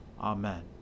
Amen